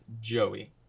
Joey